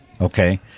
okay